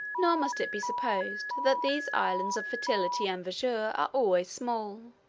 nor must it be supposed that these islands of fertility and verdure are always small.